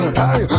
hey